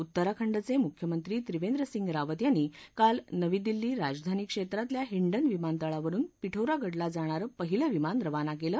उत्तराखंडचे मुख्यमंत्री त्रिवेंद्रसिंह रावत यांनी काल नवी दिल्ली राजधानी क्षेत्रातल्या हिंडन विमानतळावरुन पिठोरागडला जाणारं पहिलं विमान रवाना केलं